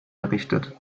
errichtet